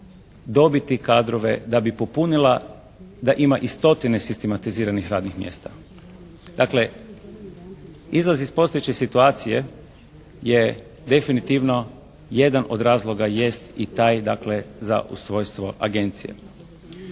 dobiti kadrove da bi popunila, da ima i stotine sistematiziranih radnih mjesta. Dakle, izlaz iz postojeće situacije je definitivno jedan od razloga jest i taj dakle za ustrojstvo agencije.